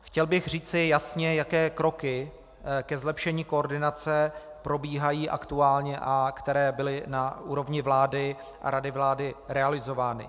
Chtěl bych říci jasně, jaké kroky ke zlepšení koordinace probíhají aktuálně a které byly na úrovni vlády a rady vlády realizovány.